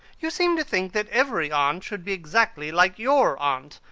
you seem to think that every aunt should be exactly like your aunt!